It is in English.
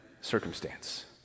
circumstance